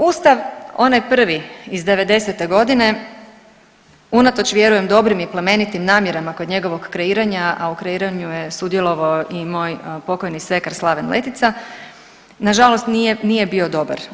Ustav, onaj prvi iz '90.-te godine unatoč vjerujem dobrim i plemenitim namjerama kod njegovog kreiranja, a u kreiranju je sudjelovao i moj pokojni svekar Slaven Letica, nažalost nije, nije bio dobar.